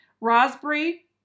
raspberry